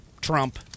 Trump